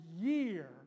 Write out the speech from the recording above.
year